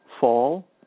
fall